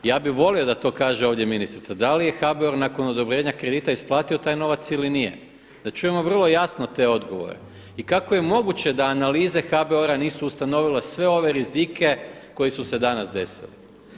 Ja bih volio da to kaže ovdje ministrica da li je HBOR nakon odobrenja kredita isplatio taj novac ili nije, da čujemo vrlo jasno te odgovore i kako je moguće da analize HBOR-a nisu ustanovile sve ove rizike koji su se danas desili.